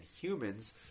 humans